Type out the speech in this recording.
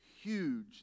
huge